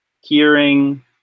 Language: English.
hearing